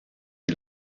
die